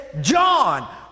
John